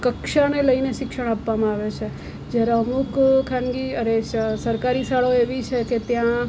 કક્ષાને લઈને શિક્ષણ આપવામાં આવે છે જ્યારે અમુક ખાનગી અરે સ સ સરકારી શાળાઓ એવી છે કે ત્યાં